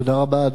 תודה רבה.